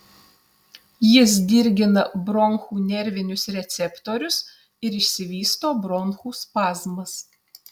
jis dirgina bronchų nervinius receptorius ir išsivysto bronchų spazmas